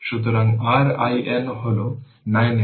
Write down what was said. সুতরাং r IN হল 9 ampere